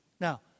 Now